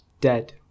dead